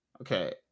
Okay